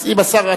השר,